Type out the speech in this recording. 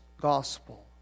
gospel